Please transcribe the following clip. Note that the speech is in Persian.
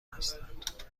هستند